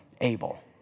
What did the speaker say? able